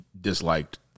disliked